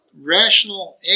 rational